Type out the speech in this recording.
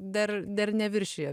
dar dar neviršijo